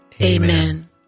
Amen